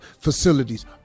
facilities